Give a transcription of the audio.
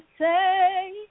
Say